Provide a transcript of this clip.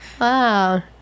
Wow